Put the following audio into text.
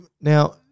now